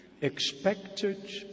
expected